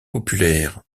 populaire